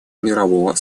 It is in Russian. мирового